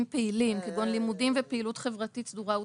פעילים כגון לימודים ופעילות חברתית סדורה ותכופה.